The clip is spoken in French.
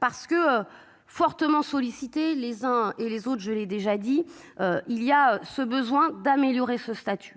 parce que. Fortement sollicité les uns et les autres, je l'ai déjà dit il y a ce besoin d'améliorer ce statut.